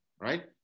right